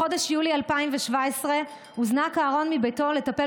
בחודש יולי 2017 הוזנק אהרון מביתו לטפל